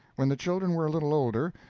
when the children were a little older,